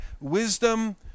wisdom